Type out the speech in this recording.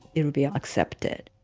it will be ah accepted